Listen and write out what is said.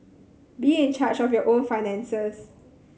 be in charge of your own finances